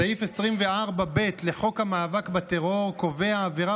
סעיף 24(ב) לחוק המאבק בטרור קובע עבירה